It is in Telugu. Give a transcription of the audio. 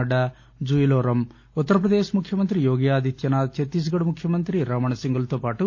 నడ్లా ఉత్తర ప్రదేశ్ ముఖ్యమంత్రి యోగి ఆదిత్యానాథ్ ఛత్తీస్ గఢ్ ముఖ్యమంత్రి రమణ్ సింగ్ లతో పాటు